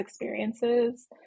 experiences